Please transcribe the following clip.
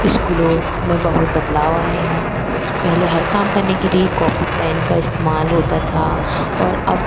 स्कूलों में बहुत बदलाव आए हैं पहले हर काम करने के लिए कॉपी पेन का इस्तेमाल होता था और अब